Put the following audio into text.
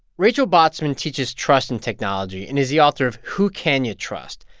rachel botsman teaches trust and technology and is the author of who can you trust?